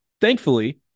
thankfully